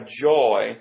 joy